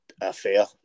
Affair